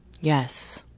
yes